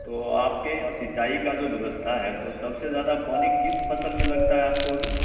तो आपके यहाँ सिंचाई का जो व्यवस्था है तो सबसे ज्यादा पानी किस फसल में लगता है आपको अभी